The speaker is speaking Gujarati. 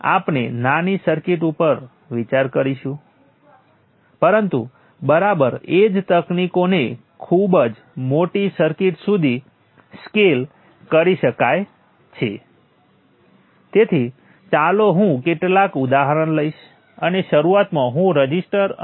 તેથી સમગ્ર I1 માં વોલ્ટેજ V1 છે અને R11 નોડ 1 અને 0 વચ્ચે પણ જોડાયેલ છે તેથી R11 ની ઉપર વોલ્ટેજ V1 છે